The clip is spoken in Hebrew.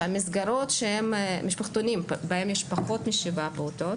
שהמסגרות הן משפחתונים בהן יש פחות משבעה פעוטות,